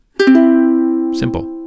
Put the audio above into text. Simple